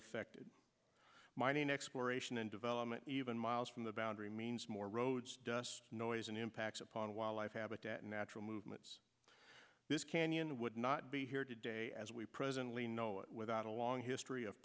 affected mining exploration and development even miles from the boundary means more roads dust noise and impacts upon wildlife habitat natural movements this canyon would not be here today as we presently know without a long history of